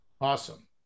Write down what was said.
Awesome